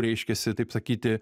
reiškiasi taip sakyti